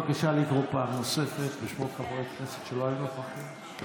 בבקשה לקרוא פעם נוספת בשמות חברי הכנסת שלא היו נוכחים.